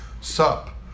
sup